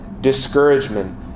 discouragement